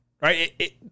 Right